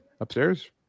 Upstairs